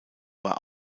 war